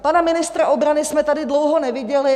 Pana ministra obrany jsme tady dlouho neviděli.